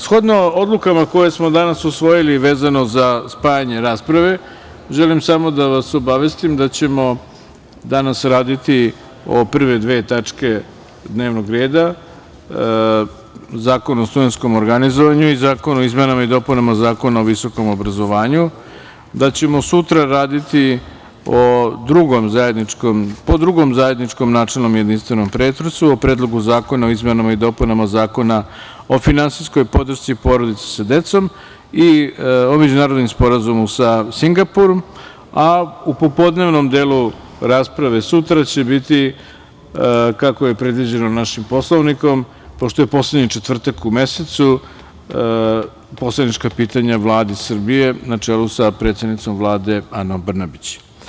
Shodno odlukama koje smo danas usvojili vezano za spajanje rasprave, želim samo da vas obavestim da ćemo danas raditi o prve dve tačke dnevnog reda – Zakon o studentskom organizovanju i Zakon o izmenama i dopunama Zakona o visokom obrazovanju, da ćemo sutra raditi po Drugom zajedničkom načelnom i jedinstvenom pretresu, o Predlogu zakona o izmenama i dopunama Zakona o finansijskoj podršci porodici sa decom i o Međunarodnom sporazumu sa Singapurom, a u popodnevnom delu rasprave sutra će biti, kako je predviđeno našim Poslovnikom, pošto je poslednji četvrtak u mesecu, poslanička pitanja Vladi Srbije na čelu sa predsednicom Vlade Anom Brnabić.